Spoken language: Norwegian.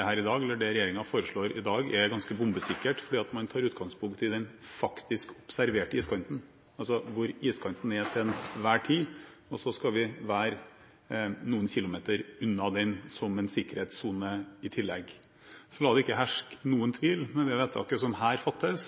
regjeringen foreslår i dag, er ganske bombesikkert, fordi man tar utgangspunkt i den faktiske/observerte iskanten, altså hvor iskanten er til enhver tid, og så skal man være noen kilometer unna den, som en sikkerhetssone, i tillegg. La det ikke herske noen tvil: Med vedtaket som her fattes,